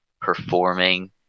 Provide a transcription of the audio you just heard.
performing